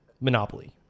Monopoly